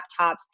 laptops